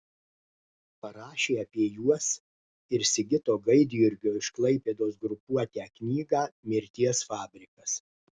parašė apie juos ir sigito gaidjurgio iš klaipėdos grupuotę knygą mirties fabrikas